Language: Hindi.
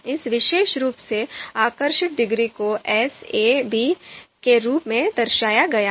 इस विशेष रूप से आकर्षक डिग्री को एस ए बी के रूप में दर्शाया गया है